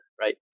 Right